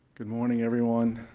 good morning, everyone.